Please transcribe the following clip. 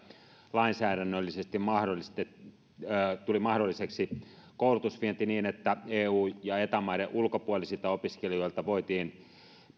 lainsäädännöllisesti tuli mahdolliseksi koulutusvienti niin että eu ja eta maiden ulkopuolisilta opiskelijoilta voitiin